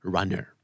Runner